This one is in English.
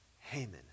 Haman